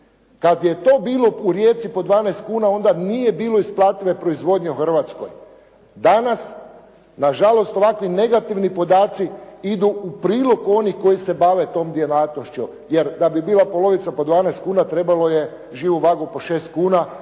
Kada je to bilo u Rijeci po 12 kuna onda nije bilo isplative proizvodnje u Hrvatskoj. Danas na žalost ovakvi negativni podaci idu u prilog onih koji se bave tom djelatnošću, jer da bi bila polovica po 12 kuna trebalo je živu vagu po 6 kuna,